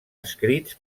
escrits